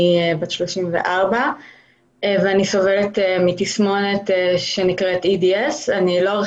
אני בת 34 ואני סובלת מתסמונת EDS. יש